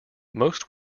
most